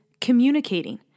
communicating